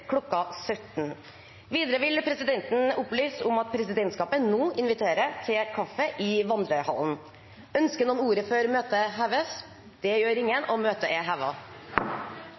17. Videre vil presidenten opplyse om at presidentskapet nå inviterer til kaffe i vandrehallen. Ønsker noen ordet før møtet heves? – Det gjør ingen, og møtet er